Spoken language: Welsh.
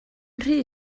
rhy